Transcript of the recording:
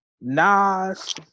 Nas